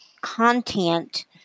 content